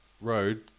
Road